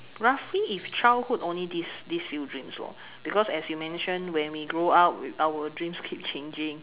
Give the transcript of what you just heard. roughly if childhood only these these few dreams lor because as you mention when we grow up our dreams keep changing